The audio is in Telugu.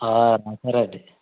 నమ్మరండి